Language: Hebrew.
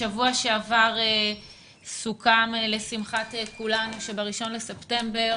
בשבוע שעבר סוכם לשמחת כולנו שב-1 בספטמבר